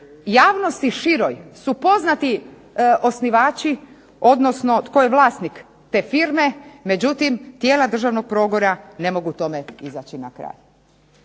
Javnosti široj su poznati osnivači, odnosno tko je vlasnik te firme međutim tijela državnog progona ne mogu tome izaći na kraj.